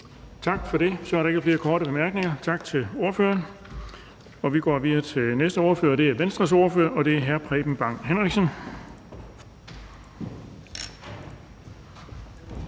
Tak for det. Så er der ikke flere korte bemærkninger. Tak til ordføreren. Vi går videre til den næste ordfører, og det er Venstres ordfører, og det er hr. Preben Bang Henriksen.